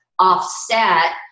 offset